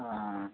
অঁ